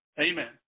Amen